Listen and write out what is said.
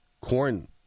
corn